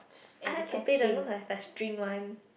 I have to play the you know the the string one